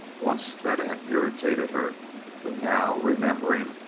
once that had irritated her but now, remembering,